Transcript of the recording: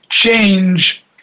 change